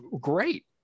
great